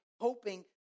hoping